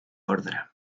ordre